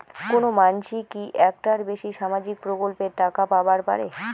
কোনো মানসি কি একটার বেশি সামাজিক প্রকল্পের টাকা পাবার পারে?